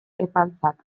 epaltzak